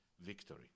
victory